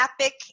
epic